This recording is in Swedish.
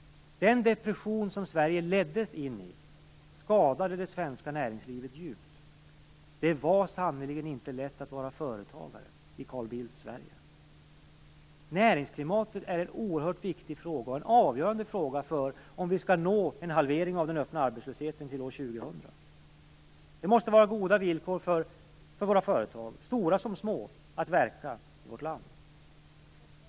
Den depression som Sverige leddes in i skadade det svenska näringslivet djupt. Det var sannerligen inte lätt att vara företagare i Carl Bildts Sverige. Näringsklimatet är en oerhört viktig fråga, en avgörande fråga för om vi skall nå en halvering av den öppna arbetslösheten till år 2000. Det måste vara goda villkor för våra företag, stora som små, att verka i vårt land.